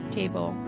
table